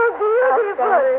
beautiful